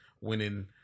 winning